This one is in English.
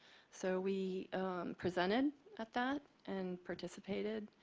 so we presented at that and participated.